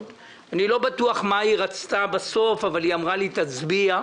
אני לא בטוח מה היא רצתה בסוף אבל היא אמרה לי: "תצביע,